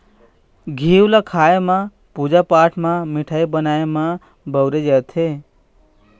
घींव ल खाए म, पूजा पाठ म, मिठाई बनाए म बउरे जाथे